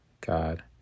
God